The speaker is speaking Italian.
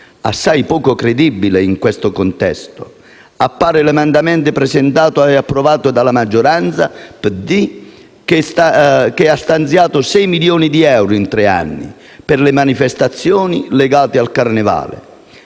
Assai poco credibile in questo contesto appare l'emendamento presentato e approvato dalla maggioranza PD che ha stanziato 6 milioni di euro in tre anni per le manifestazioni legate al carnevale.